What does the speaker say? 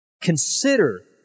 Consider